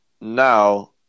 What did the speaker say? Now